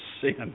sin